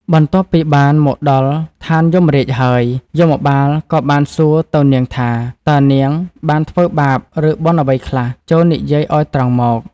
បន្ទាប់ពីបានមកដល់ឋានយមរាជហើយ យមបាលក៏បានសួរទៅនាងថា តើនាងបានធ្វើបាប ឬបុណ្យអ្វីខ្លះ ចូរនិយាយឱ្យត្រង់មក។